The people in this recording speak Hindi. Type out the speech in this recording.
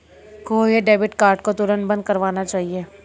खोये हुए डेबिट कार्ड को तुरंत बंद करवाना चाहिए